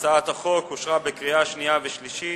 הצעת החוק אושרה בקריאה שנייה ובקריאה שלישית.